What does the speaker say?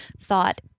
thought